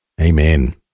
Amen